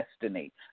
destiny